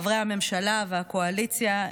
חברי הממשלה והקואליציה,